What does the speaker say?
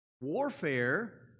warfare